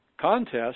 contest